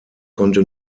konnte